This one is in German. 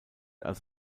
als